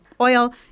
oil